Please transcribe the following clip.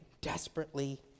desperately